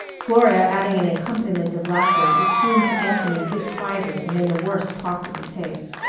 gloria adding an accompaniment of laughter which seemed to anthony disquieting and in the worst possible taste.